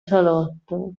salotto